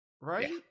right